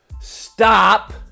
Stop